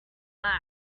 maps